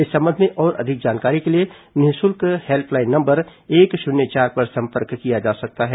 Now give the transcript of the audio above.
इस संबंध में और अधिक जानकारी के लिए निःशुल्क हेल्पलाइन नंबर एक शून्य चार पर संपर्क किया जा सकता है